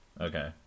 Okay